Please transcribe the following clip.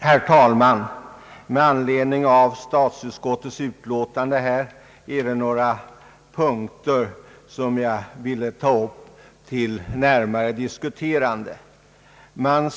Herr talman! I statsutskottets utlåtande är det några punkter som jag vill ta upp till närmare diskussion.